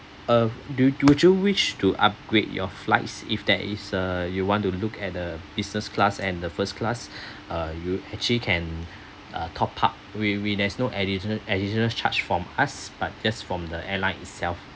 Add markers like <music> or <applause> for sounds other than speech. uh do do you wish to upgrade your flights if there is uh you want to look at the business class and the first class <breath> uh you actually can uh top up we we there's no additional additional charge from us but just from the airline itself